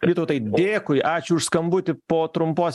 vytautai dėkui ačiū už skambutį po trumpos